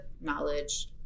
knowledge